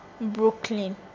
Brooklyn